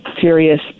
serious